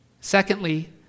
Secondly